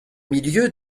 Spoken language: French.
milieu